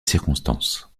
circonstance